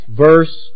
verse